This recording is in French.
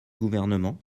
gouvernement